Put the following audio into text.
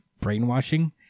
brainwashing